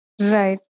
right